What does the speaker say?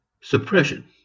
Suppression